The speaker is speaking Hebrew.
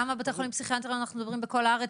על כמה בתי חולים פסיכיאטריים אנחנו מדברים בכל הארץ?